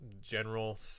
general